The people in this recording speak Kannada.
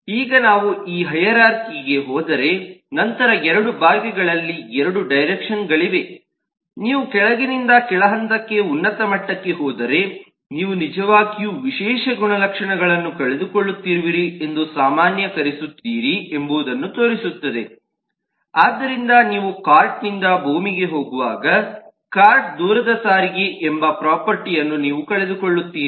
ಈಗ ನಾವು ಈ ಹೈರಾರ್ಖಿಗೆ ಹೋದರೆ ನಂತರ 2 ಭಾಗಗಳಲ್ಲಿ 2 ಡೈರೆಕ್ಷನ್ಗಳಿವೆ ನೀವು ಕೆಳಗಿನಿಂದ ಕೆಳ ಹಂತಕ್ಕೆ ಉನ್ನತ ಮಟ್ಟಕ್ಕೆ ಹೋದರೆ ನೀವು ನಿಜವಾಗಿಯೂ ವಿಶೇಷ ಗುಣಲಕ್ಷಣಗಳನ್ನು ಕಳೆದುಕೊಳ್ಳುತ್ತಿರುವಿರಿ ಎಂದು ಸಾಮಾನ್ಯೀಕರಿಸುತ್ತಿದ್ದೀರಿ ಎಂಬುದನ್ನು ತೋರಿಸುತ್ತದೆ ಆದ್ದರಿಂದ ನೀವು ಕಾರ್ಟ್ನಿಂದ ಭೂಮಿಗೆ ಹೋಗುವಾಗ ಕಾರ್ಟ್ ದೂರದ ಸಾರಿಗೆ ಎಂಬ ಪ್ರೊಫರ್ಟಿಅನ್ನು ನೀವು ಕಳೆದುಕೊಳ್ಳುತ್ತೀರಿ